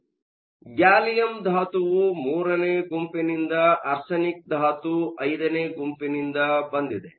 ಆದ್ದರಿಂದ ಗ್ಯಾಲಿಯಮ್ ಧಾತುವು III ನೇ ಗುಂಪಿನಿಂದ ಆರ್ಸೆನಿಕ್ ಧಾತು V ನೇ ಗುಂಪಿನಿಂದ ಬಂದಿದೆ